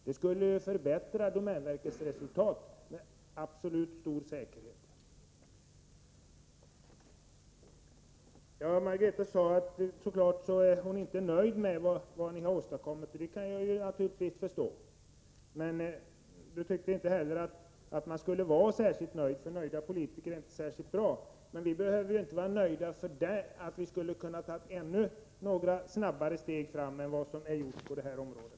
Det skulle med stor säkerhet förbättra domänverkets resultat. Margareta Winberg är inte nöjd med vad som åstadkommits. Det kan jag naturligtvis förstå. Hon tyckte inte heller att man borde vara särskilt nöjd, för nöjda politiker är inte bra. Men vi hade ju inte behövt vara nöjda, även om vi hade tagit några snabbare steg framåt än vi gjort på det här området.